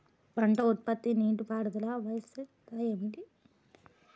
పంట ఉత్పత్తికి నీటిపారుదల ఆవశ్యకత ఏమి?